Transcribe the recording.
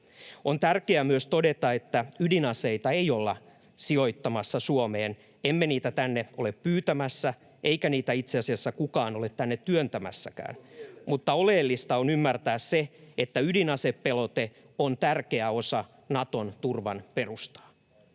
On tärkeää myös todeta, että ydinaseita ei olla sijoittamassa Suomeen. Emme niitä tänne ole pyytämässä, eikä niitä itse asiassa kukaan ole tänne työntämässäkään, [Markus Mustajärven välihuuto] mutta oleellista on ymmärtää se, että ydinasepelote on tärkeä osa Naton turvan perustaa.